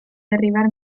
derribar